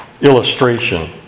illustration